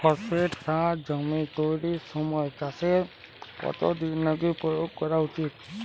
Phosphate সার জমি তৈরির সময় চাষের কত দিন আগে প্রয়োগ করা উচিৎ?